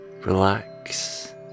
relax